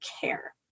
care